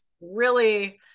really-